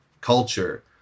culture